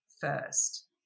first